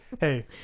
Hey